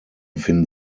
finden